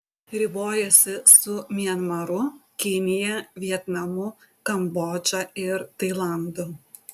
ribojasi su mianmaru kinija vietnamu kambodža ir tailandu